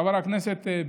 חבר הכנסת בגין,